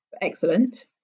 excellent